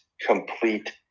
complete